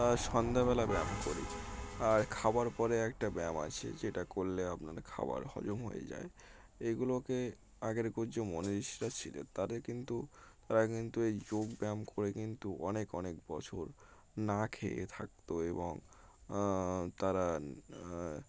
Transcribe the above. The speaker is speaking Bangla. সন্ধ্যাবেলা ব্যায়াম করি আর খাবার পরে একটা ব্যায়াম আছে যেটা করলে আপনার খাবার হজম হয়ে যায় এগুলোকে আগের কিছু যে মনীষীরা ছিলের তাদের কিন্তু তারা কিন্তু এই যোগব্যায়াম করে কিন্তু অনেক অনেক বছর না খেয়ে থাকতো এবং তারা